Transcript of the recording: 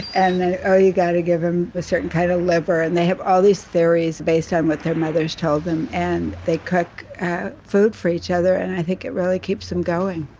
and then, oh, you got to give him a certain kind of liver. they have all these theories based on what their mothers told them and they cook food for each other. and i think it really keeps them going.